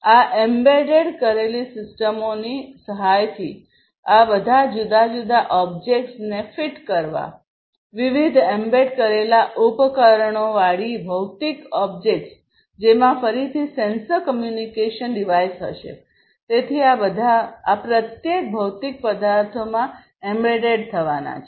આ એમ્બેડ કરેલી સિસ્ટમોની સહાયથી આ બધા જુદા જુદા ઓબ્જેક્ટ્સને ફીટ કરવા વિવિધ એમ્બેડ કરેલા ઉપકરણોવાળી ભૌતિક ઓબ્જેક્ટ્સ જેમાં ફરીથી સેન્સર કમ્યુનિકેશન ડિવાઇસ હશેતેથી આ બધા આ પ્રત્યેક ભૌતિક પદાર્થોમાં જડિત થવાના છે